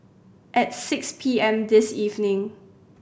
at six P M this evening